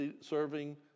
serving